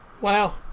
Wow